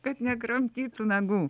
kad nekramtytų nagų